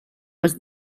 was